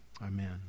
Amen